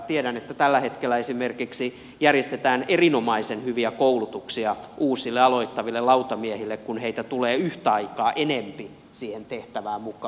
tiedän että tällä hetkellä esimerkiksi järjestetään erinomaisen hyviä koulutuksia uusille aloittaville lautamiehille kun heitä tulee yhtä aikaa enempi siihen tehtävään mukaan